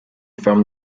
from